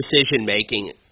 decision-making